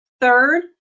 Third